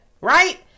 right